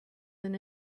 than